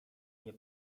nie